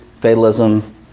fatalism